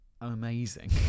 amazing